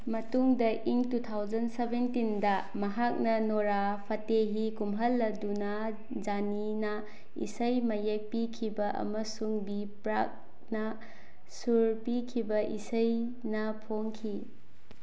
ꯃꯇꯨꯡ in two thousand ꯁꯕꯦꯟꯇꯤꯟꯗ ꯃꯍꯥꯛꯅ ꯅꯣꯔꯥ ꯐꯇꯦꯍꯤ ꯀꯨꯝꯍꯜꯂꯗꯨꯅ ꯖꯥꯅꯤꯅ ꯏꯁꯩ ꯃꯌꯦꯛ ꯄꯤꯈꯤꯕ ꯑꯃꯁꯨꯡ ꯕꯤ ꯄ꯭ꯔꯛꯅ ꯁꯨꯔ ꯄꯤꯈꯤꯕ ꯏꯁꯩꯅ ꯐꯣꯡꯈꯤ